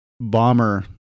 bomber